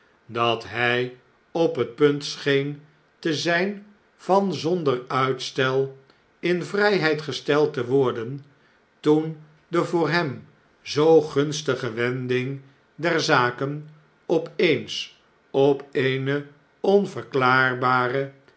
dat hy op het punt scheen te zijn van zonder uitstel in vrjjheid gesteld te worden toen de voor hem zoo gunstige wending der zaken op eens op eene onverklaarbare